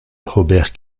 robert